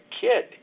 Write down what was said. kid